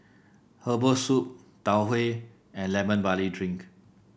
Herbal Soup Tau Huay and Lemon Barley Drink